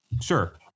Sure